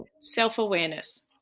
Self-awareness